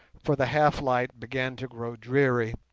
for the half-light began to grow dreary,